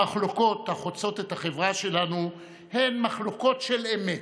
המחלוקות החוצות את החברה שלנו הן מחלוקות של אמת.